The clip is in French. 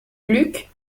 luc